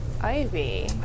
Ivy